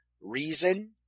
reason